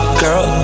girl